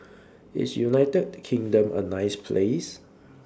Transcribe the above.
IS United Kingdom A nice Place